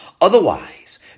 Otherwise